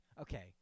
Okay